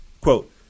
Quote